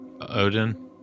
Odin